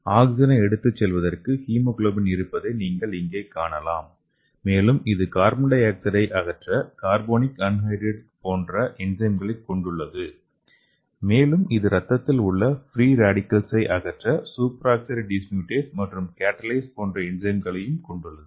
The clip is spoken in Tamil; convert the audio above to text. ஆக்ஸிஜனை எடுத்துச் செல்வதற்கு ஹீமோகுளோபின் இருப்பதை நீங்கள் இங்கே காணலாம் மேலும் இது கார்பன் டை ஆக்சைடை அகற்ற கார்போனிக் அன்ஹைட்ரைடு போன்ற என்சைம்களைக் கொண்டுள்ளது மேலும் இது இரத்தத்தில் உள்ள ஃப்ரீ ரேடிக்கல்களை அகற்ற சூப்பர் ஆக்சைடு டிஸ்முடேஸ் மற்றும் கேடலேஸ் போன்ற என்சைம்களையும் கொண்டுள்ளது